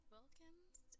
Wilkins